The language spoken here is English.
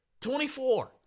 24